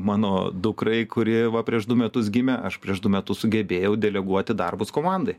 mano dukrai kuri va prieš du metus gimė aš prieš du metus sugebėjau deleguoti darbus komandai